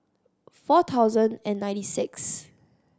four thousand and ninety sixth